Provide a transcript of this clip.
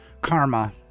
karma